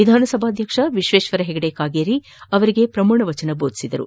ವಿಧಾನಸಭಾಧ್ಯಕ್ಷ ವಿಶ್ವೇಶ್ವರ ಹೆಗಡೆ ಕಾಗೇರಿ ಪ್ರಮಾಣವಜನ ಬೋಧಿಸಿದರು